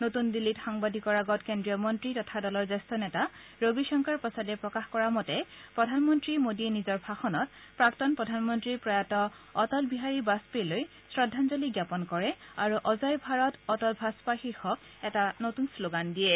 নতুন দিল্লীত সাংবাদিকৰ আগত কেন্দ্ৰীয় মন্ত্ৰী তথা দলৰ জ্যেষ্ঠ নেতা ৰবি শংকৰ প্ৰসাদে প্ৰকাশ কৰা মতে প্ৰধানমন্ত্ৰী মোদীয়ে নিজৰ ভাষণত প্ৰাক্তন প্ৰধানমন্ত্ৰী প্ৰয়াত অটল বিহাৰী বাজপেয়ীলৈ শ্ৰদ্ধাঞ্জলি জাপন কৰে আৰু অজয় ভাৰত অটল ভাজপা শীৰ্যক এটা নতুন শ্লগান দিয়ে